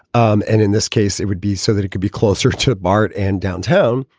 um and in this case, it would be so that it could be closer to bart and downtown.